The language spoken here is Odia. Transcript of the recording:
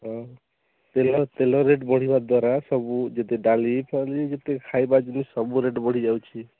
ହଁ ତେଲ ତେଲ ରେଟ୍ ବଢ଼ିବା ଦ୍ୱାରା ସବୁ ଯେତେ ଡାଲି ଫାଲି ଯେତେ ଖାଇବା ଜିନିଷ ସବୁ ରେଟ୍ ବଢ଼ି ଯାଉଛି